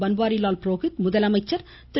பன்வாரிலால் புரோஹிக் முதலமைச்சர் திரு